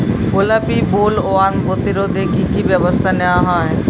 গোলাপী বোলওয়ার্ম প্রতিরোধে কী কী ব্যবস্থা নেওয়া হয়?